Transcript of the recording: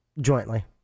jointly